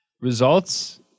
Results